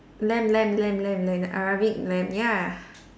lamp lamp lamp lamp lamp the Arabic lamp ya